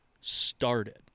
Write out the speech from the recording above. started